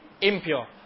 Impure